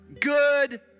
good